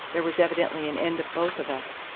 there was evidently an end of both of us.